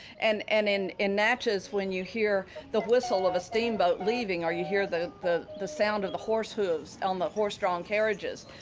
and and in in natchez, when you hear the whistle of a steamboat leaving or you hear the the sound of the horse hooves on the horse-drawn carriages,